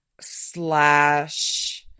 slash